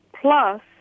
Plus